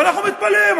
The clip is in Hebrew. ואנחנו מתפלאים,